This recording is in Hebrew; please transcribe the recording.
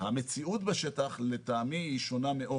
המציאות בשטח, לטעמי, היא שונה מאוד.